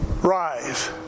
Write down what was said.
rise